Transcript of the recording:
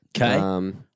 Okay